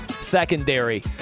secondary